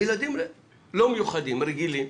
בילדים לא מיוחדים, רגילים,